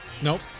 Nope